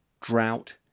drought